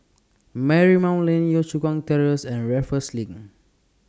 Marymount Lane Yio Chu Kang Terrace and Raffles LINK